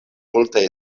multaj